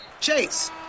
Chase